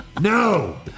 No